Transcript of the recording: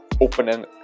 opening